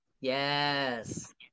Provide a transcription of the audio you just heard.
Yes